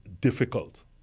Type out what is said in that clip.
difficult